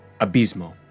Abismo